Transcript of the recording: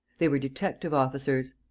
they were detective-officers.